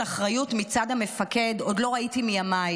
אחריות מצד המפקד עוד לא ראיתי מימיי.